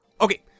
Okay